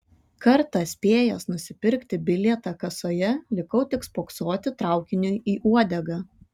kartą spėjęs nusipirkti bilietą kasoje likau tik spoksoti traukiniui į uodegą